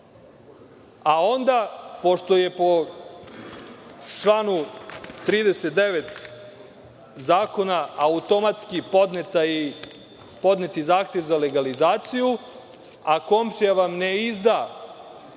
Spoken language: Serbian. a onda, pošto je po članu 39. zakona automatski podnet i zahtev za legalizaciju, a komšija vam ne izda